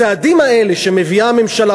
הצעדים האלה שמביאה הממשלה,